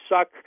suck